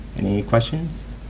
any questions?